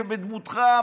שבדמותך,